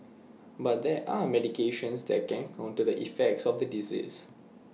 but there are medications that can counter the effects of the disease